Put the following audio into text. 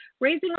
raising